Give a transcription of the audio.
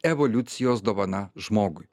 evoliucijos dovana žmogui